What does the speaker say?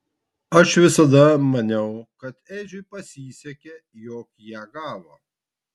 aš visada maniau kad edžiui pasisekė jog ją gavo